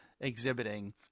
exhibiting